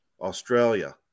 Australia